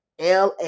la